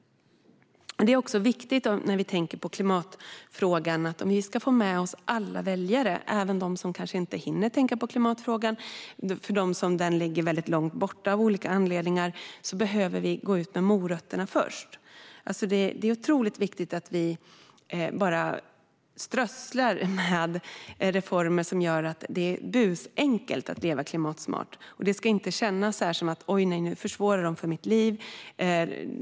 Om vi ska få med oss alla väljare, även de som kanske inte hinner tänka på klimatfrågan och de för vilka klimatfrågan ligger väldigt långt borta av olika anledningar, behöver vi gå ut med morötterna först. Det är otroligt viktigt att vi bara strösslar med reformer som gör att det är busenkelt att leva klimatsmart. Det ska inte kännas: Oj, nu försvårar de för mitt liv.